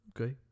okay